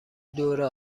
دوره